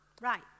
right